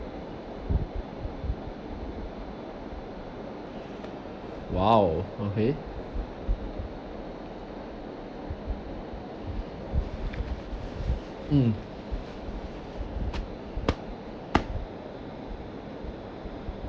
!wow! okay mm